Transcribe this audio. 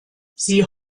sie